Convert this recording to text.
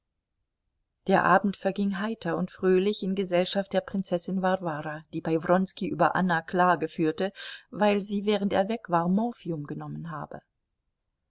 der abend verging heiter und fröhlich in gesellschaft der prinzessin warwara die bei wronski über anna klage führte weil sie während er weg war morphium genommen habe